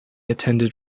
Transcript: attended